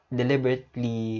deliberately